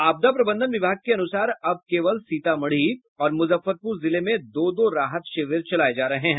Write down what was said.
आपदा प्रबंधन विभाग के अनुसार अब केवल सीतामढ़ी और मुजफ्फरपुर जिले में दो दो राहत शिविर चलाये जा रहे हैं